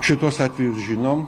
šituos atvejus žinom